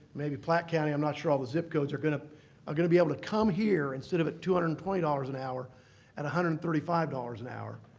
maybe platte county, i'm not sure all the zip codes, are going ah are going to be able to come here instead of at two hundred and twenty dollars an hour at one hundred and thirty five dollars an hour,